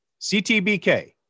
ctbk